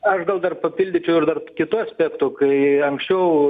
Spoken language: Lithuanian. aš gal dar papildyčiau ir dar kitu aspektu kai anksčiau